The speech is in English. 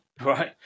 Right